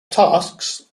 tasks